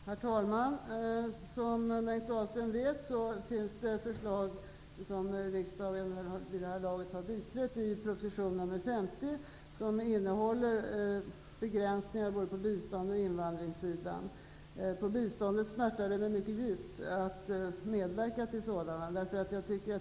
Herr talman! Som Bengt Dalström vet finns det förslag framlagda i proposition nr 50, som riksdagen har biträtt. De besluten innehåller begränsningar både på bistånds och invandringssidan. När det gäller biståndet smärtar det mig mycket djupt att medverka till begränsningar.